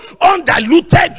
undiluted